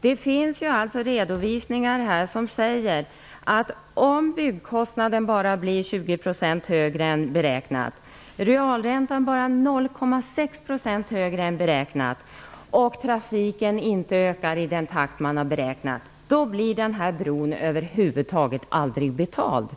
Det finns alltså redovisningar som säger, att om byggkostnaden bara blir 20 % högre än beräknat, om realräntan bara blir 0,6 % högre än beräknat och om trafiken inte ökar i den takt som man har beräknat blir den här bron över huvud taget aldrig betald.